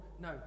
no